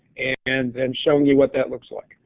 and then showing you what that looks like.